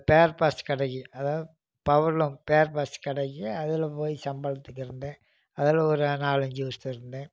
பேர் பார்ட்ஸ் கடைக்கு அதாவது பவர்லோம் பேர் பார்ட்ஸ் கடைக்கு அதில் போய் சம்பளத்துக்கு இருந்தேன் அதில் ஒரு நாலஞ்சு வருஷம் இருந்தேன்